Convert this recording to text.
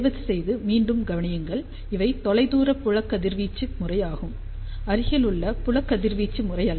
தயவுசெய்து மீண்டும் கவனியுங்கள் இவை தொலைதூர புல கதிர்வீச்சு முறை ஆகும் அருகிலுள்ள புல கதிர்வீச்சு முறை அல்ல